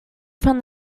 from